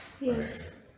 Yes